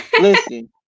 Listen